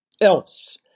else